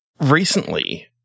recently